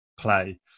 play